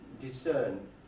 discern